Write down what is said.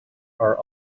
are